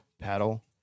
paddle